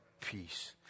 peace